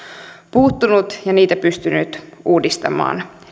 puuttunut eikä niitä pystynyt uudistamaan